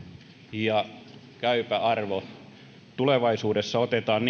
ja käypä arvo tulevaisuudessa otetaan